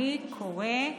אני קורא,